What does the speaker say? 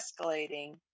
escalating